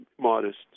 modest